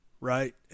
right